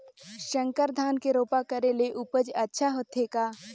संकर धान के रोपा करे ले उपज अच्छा होथे का?